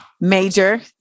major